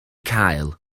cael